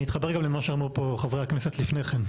אני אתחבר גם למה שאמרו פה חברי הכנסת לפני כן.